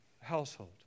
household